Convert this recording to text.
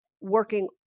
working